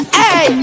hey